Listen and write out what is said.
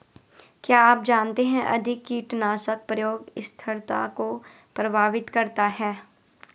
क्या आप जानते है अधिक कीटनाशक प्रयोग स्थिरता को प्रभावित करता है?